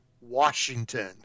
Washington